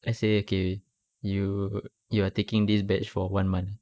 let's say okay you you're taking this batch for one month